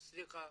סליחה,